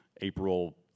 April